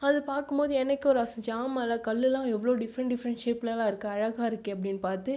அது பார்க்கும் போது எனக்கு ஒரு ஆசை ச்ச ஆமாம்ல கல் எல்லாம் எவ்வளவு டிஃப்ரெண்ட் டிஃப்ரெண்ட் ஷேப் எல்லாம் இருக்கு அழகாக இருக்கே அப்படினு பார்த்து